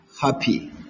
happy